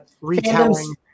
retelling